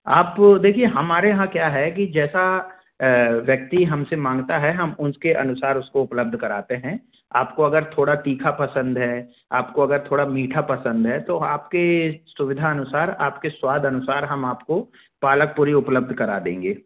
आप देखिए हमारे यहाँ क्या है कि जैसा व्यक्ति हमसे माँगता है हम उसके अनुसार उसको उपलब्ध कराते हैं आपको अगर थोड़ा तीखा पसंद है आपको अगर थोड़ा मीठा पसंद है तो आपके सुविधा अनुसार आपके स्वादानुसार हम आपको पालक पूड़ी उपलब्ध करा देंगे